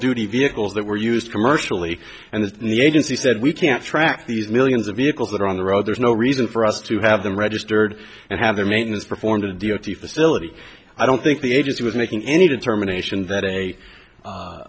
duty vehicles that were used commercially and the agency said we can't track these millions of vehicles that are on the road there's no reason for us to have them registered and have their maintenance performed a d o t facility i don't think the agency was making any determination that